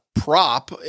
Prop